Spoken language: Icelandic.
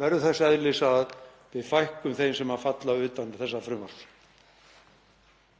verður þess eðlis að við fækkum þeim sem falla utan þessa frumvarps.